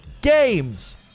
games